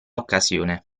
occasione